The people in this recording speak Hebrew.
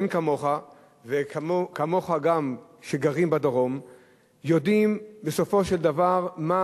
כמוך שגרים בדרום יודעים בסופו של דבר מה